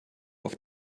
auf